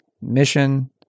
mission